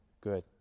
good